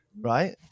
Right